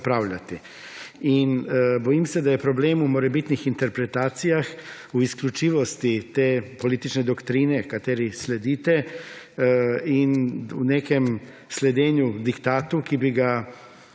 In bojim se, da je problem v morebitnih interpretacijah, v izključivosti te politične doktrine, kateri sledite, in v nekem sledenju diktatu, ki bi ga verjetno